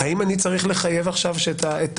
האם אני צריך לחייב את האדם